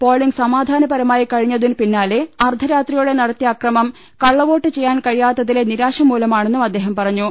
polling സമാധാനപരമായി കഴിഞ്ഞതിനു പിന്നാലെ അർധരാത്രിയോടെ നടത്തിയ അക്രമം കള്ളവോട്ട് ചെയ്യാൻ കഴിയാത്തതിലെ നിരാശ മൂലമാണെന്നും അദ്ദേഹം പറഞ്ഞു